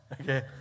okay